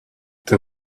then